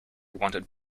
wanted